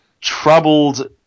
troubled